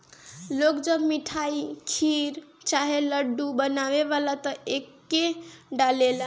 लोग जब मिठाई, खीर चाहे लड्डू बनावेला त एके डालेला